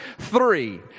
three